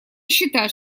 считать